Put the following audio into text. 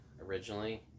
originally